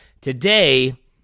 Today